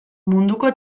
munduko